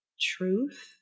truth